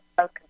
Okay